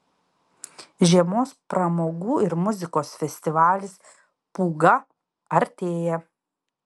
žiemos pramogų ir muzikos festivalis pūga artėja